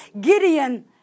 Gideon